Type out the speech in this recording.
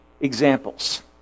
examples